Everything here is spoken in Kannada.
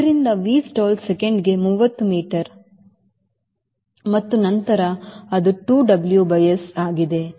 ಆದ್ದರಿಂದ ನಿಮ್ಮ Vstall ಸೆಕೆಂಡಿಗೆ 30 ಮೀಟರ್ ಮತ್ತು ನಂತರ ಅದು 2 WS ಆಗಿದೆ